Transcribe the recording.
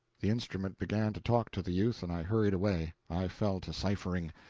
the instrument began to talk to the youth and i hurried away. i fell to ciphering.